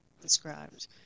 described